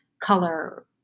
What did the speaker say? color